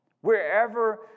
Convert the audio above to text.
wherever